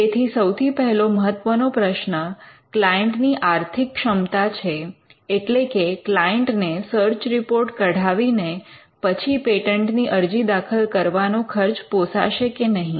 તેથી સૌથી પહેલો મહત્વનો પ્રશ્ન ક્લાયન્ટની આર્થિક ક્ષમતા છે એટલે કે ક્લાયન્ટને સર્ચ રિપોર્ટ કઢાવીને પછી પેટન્ટની અરજી દાખલ કરવાનો ખર્ચ પોસાશે કે નહીં